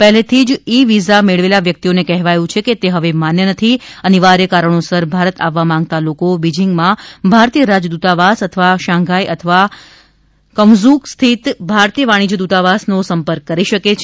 પહેલેથીજ e visa મેળવેલા વ્યકિતઓને કહેવાયું છે કે તે હવે માન્ય નથી અનિવાર્ય કારણોસર ભારત આવવા માંગતા લોકો બીજીંગમાં ભારતીય રાજદ્રતાવાસ અથવા શંઘાઇ અથવા ક્વંઝ્ઝ સ્થિત ભારતીય વાણિશ્ચ્ય દ્રતાવાસોનો સંપર્ક કરી શકે છે